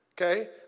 Okay